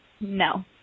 no